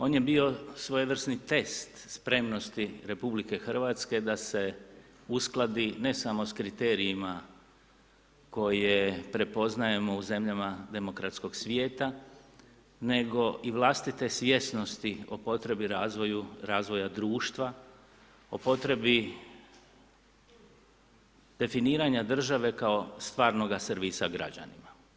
On je bio svojevrsni test spremnosti Republike Hrvatske da se uskladi, ne samo s kriterijima koje prepoznajemo u zemljama demokratskog svijeta, nego i vlastite svjesnosti o potrebi razvoja društva, o potrebi definiranja države kao stvarnoga servisa građanima.